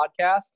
podcast